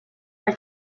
are